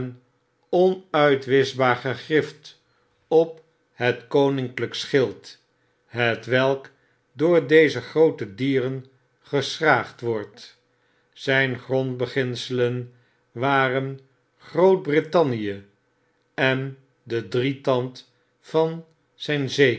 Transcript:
onuitwischbaar gegrift op het koninkiyk schild hetwelk door deze groote dieren geschraagd wordt zyn grondbeginselen waren groot-brittannie en den drietandvanzynzeekoning zyn